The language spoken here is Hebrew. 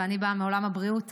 ואני באה מעולם הבריאות,